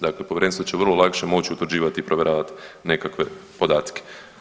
Dakle, povjerenstvo će vrlo lakše moći utvrđivati i provjeravati nekakve podatke.